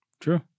True